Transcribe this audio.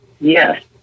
Yes